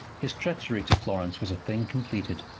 his treachery to florence was a thing completed.